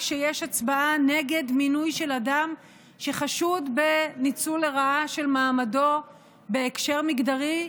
כשיש הצבעה נגד מינוי של אדם שחשוד בניצול לרעה של מעמדו בהקשר מגדרי,